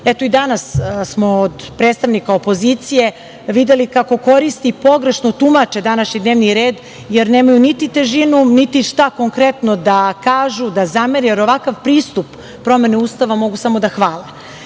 i danas smo od predstavnika opozicije videli kako koriste i pogrešno tumače današnji dnevni red, jer nemaju niti težinu, niti šta konkretno da kažu, da zamere, jer ovakav pristup promene Ustava mogu samo da hvale. Da